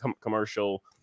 commercial